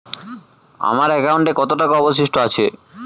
আমার একাউন্টে কত টাকা অবশিষ্ট আছে?